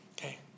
Okay